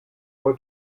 und